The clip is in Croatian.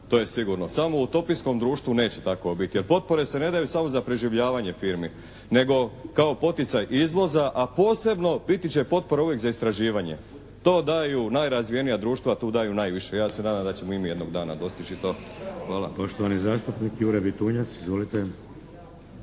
će i potpora. Samo u utopijskom društvu neće tako biti. Jer potpore se ne daju samo za preživljavanje firme, nego poticaj izvoza, a posebno biti će potpore uvijek za istraživanje. To daju najrazvijenija društva, tu daju najviše. Ja se nadam da ćemo i mi jednog dana dostići to. Hvala. **Šeks, Vladimir (HDZ)** Poštovani zastupnik Jure Bitunjac. Izvolite.